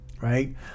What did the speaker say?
Right